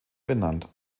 benannt